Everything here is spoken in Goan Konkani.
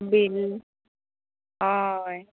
बील हय